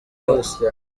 yose